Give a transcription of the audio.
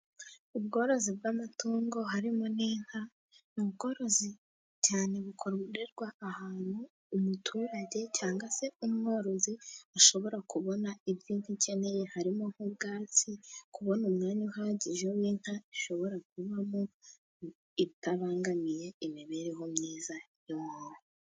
Ubworozi bw'amatungo harimo n'inka, ni ubworozi cyane bukorerwa ahantu umuturage cyangwa se umworozi ashobora kubona ibyo Inka ikeneye harimo nk'ubwatsi, kubona umwanya uhagije w'inka ishobora kubamo itabangamiye imibereho myiza y'umuntu.